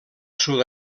sud